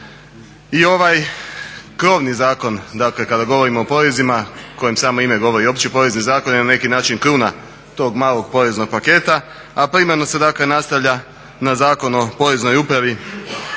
I ovaj krovni zakon, dakle kada govorimo o porezima kojem samo ime govori Opći porezni zakon je na neki način kruna tog malog poreznog paketa, a primarno se dakle nastavlja na Zakon o Poreznoj upravi